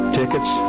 tickets